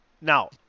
now